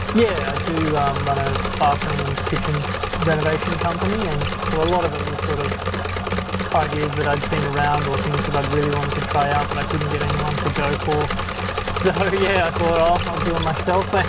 yeah, i do run a bathroom and kitchen renovation company and so a lot of it was sort of ideas that i'd seen around or things that i'd really wanted to try out, but i couldn't get anyone to go for so, yeah, i thought i'll i'll do it myself, you